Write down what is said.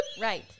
Right